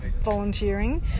volunteering